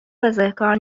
بزهکار